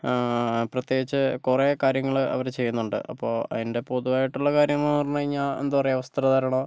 പ്രത്യേകിച്ച് കുറേ കാര്യങ്ങൾ അവർ ചെയ്യുന്നുണ്ട് അപ്പോ അതിൻ്റെ പൊതുവായിട്ടുള്ള കാര്യങ്ങൾ എന്ന് പറഞ്ഞു കഴിഞ്ഞാൽ എന്താ പറയുക വസ്ത്രധാരണം